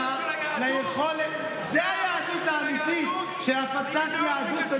אלה הערכים של היהדות?